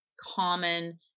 common